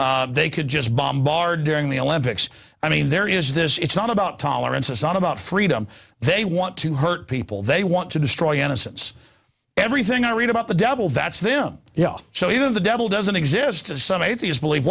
it they could just bombard during the olympics i mean there is this it's not about tolerance it's not about freedom they want to hurt people they want to destroy innocence everything i read about the devil that's them you know so even the devil doesn't exist as some atheist believe